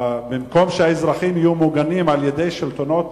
במקום שהאזרחים יהיו מוגנים על-ידי שלטונות